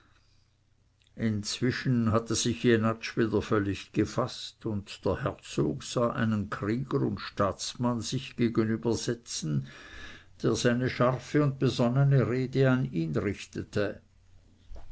inzwischen hatte sich jenatsch wieder völlig gefaßt und der herzog sah einen krieger und staatsmann sich gegenübersitzen der seine scharfe und besonnene rede an ihn richtete